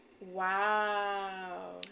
wow